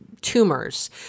tumors